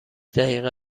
دقیقه